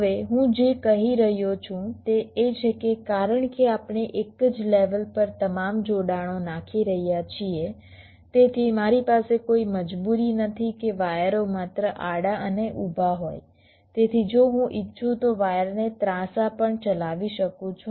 હવે હું જે કહી રહ્યો છું તે એ છે કે કારણ કે આપણે એક જ લેવલ પર તમામ જોડાણો નાખી રહ્યા છીએ તેથી મારી પાસે કોઈ મજબૂરી નથી કે વાયરો માત્ર આડા અને ઊભા હોય તેથી જો હું ઈચ્છું તો વાયરને ત્રાંસા પણ ચલાવી શકું છું